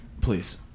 please